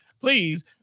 please